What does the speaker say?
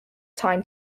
time